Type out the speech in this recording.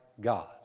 God